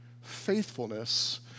faithfulness